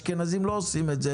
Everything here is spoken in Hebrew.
אשכנזים לא עושים את זה